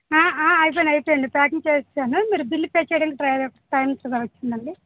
ఆ ఆ అయిపోయింది అయిపోయింది ప్యాకింగ్ చేసేసాను మీరు బిల్లు పే చేయడానికి ట్రై టైం పడుతుంది అండి